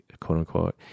quote-unquote